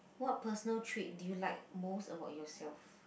what personal trait did you like most about yourself